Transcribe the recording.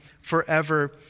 forever